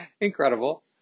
incredible